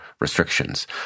restrictions